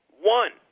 One